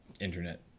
internet